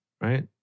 right